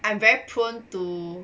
I am very prone to